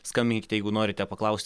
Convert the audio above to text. skambinkite jeigu norite paklaus